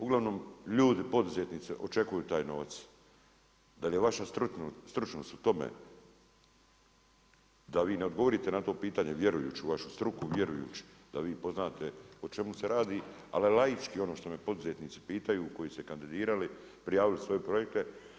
Uglavnom ljudi poduzetnici očekuju taj novac, da li je vaša stručnost u tome da vi ne odgovorite na to pitanje, vjerujući u vašu struku, vjerujući da vi poznate o čemu se radi, ali laički ono što me poduzetnici pitaju koji su se kandidirali, prijavili svoje projekte.